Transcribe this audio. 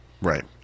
Right